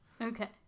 okay